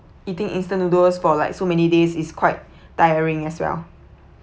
eating instant noodles for like so many days is quite tiring as well